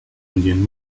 indian